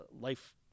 life